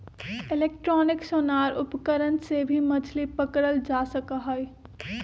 electronic sonar उपकरण से भी मछली पकड़ल जा सका हई